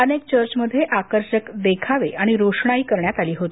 अनेक चर्चमध्ये आकर्षक देखावे रोषणाई करण्यात आली होती